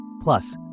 Plus